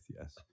yes